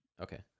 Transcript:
Okay